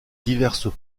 diverses